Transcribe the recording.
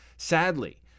Sadly